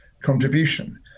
contribution